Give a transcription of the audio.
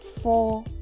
four